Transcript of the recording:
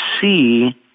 see